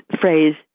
phrase